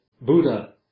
Buddha